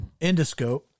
Endoscope